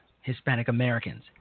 Hispanic-Americans